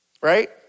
Right